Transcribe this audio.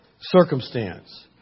circumstance